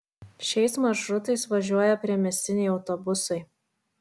šiais maršrutais važiuoja priemiestiniai autobusai